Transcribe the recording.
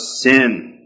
sin